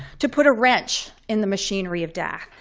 to put a wrench in the machinery of death,